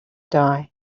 die